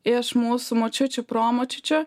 iš mūsų močiučių pro močiučių